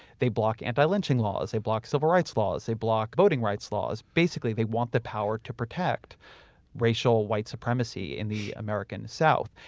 they block anti-lynching laws, they block civil rights laws, they block voting rights laws. basically, they want the power to protect racial, white supremacy in the american south.